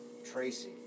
tracy